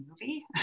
movie